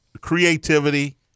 creativity